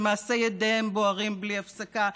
ומעשי ידיהם בוערים בלי הפסקה?